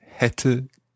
hätte